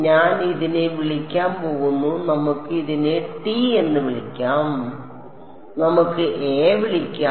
ഞാൻ ഇതിനെ വിളിക്കാൻ പോകുന്നു നമുക്ക് ഇതിനെ ടി എന്ന് വിളിക്കാം നമുക്ക് എ വിളിക്കാം